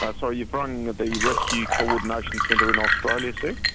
but sorry, you've rung the rescue coordination centre in australia, sir.